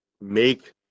make